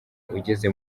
ugeze